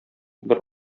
бер